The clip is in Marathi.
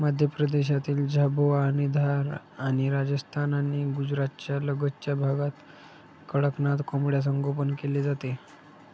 मध्य प्रदेशातील झाबुआ आणि धार आणि राजस्थान आणि गुजरातच्या लगतच्या भागात कडकनाथ कोंबडा संगोपन केले जाते